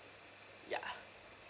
yeah